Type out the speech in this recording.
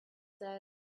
said